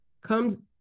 comes